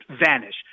vanish